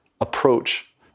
approach